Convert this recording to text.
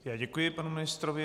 Já děkuji panu ministrovi.